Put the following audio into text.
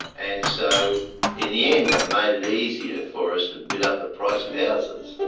and so in the end that made it easier for us to bid up the price of houses.